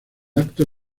acto